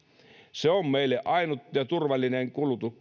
se on meille ainut ja turvallinen